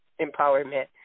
empowerment